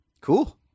cool